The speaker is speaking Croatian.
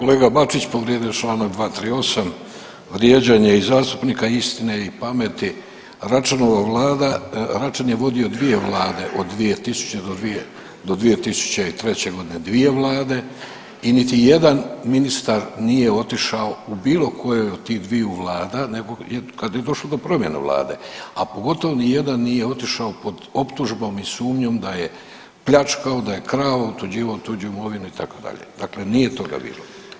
Kolega Bačić povrijedio je čl. 238. vrijeđanje zastupnika istine i pameti, Račanova vlada, Račan je vodio dvije vlade od 2000.-2003.g. dvije vlade i niti jedan ministar nije otišao u bilo kojoj od tih dviju vlada nego kad je došlo do promjene vlade, a pogotovo nijedan nije otišao pod optužbom i sumnjom da je pljačkao, da je krao otuđivao tuđu imovinu itd., dakle nije toga bilo.